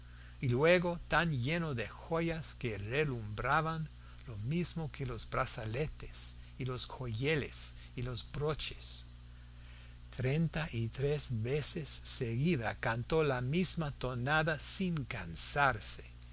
y luego tan lleno de joyas que relumbraban lo mismo que los brazaletes y los joyeles y los broches treinta y tres veces seguidas cantó la misma tonada sin cansarse